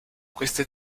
queste